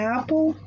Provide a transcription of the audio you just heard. Apple